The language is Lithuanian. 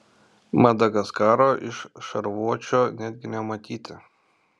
madagaskaro iš šarvuočio netgi nematyti